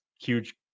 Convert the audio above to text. huge